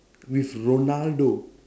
with Ronaldo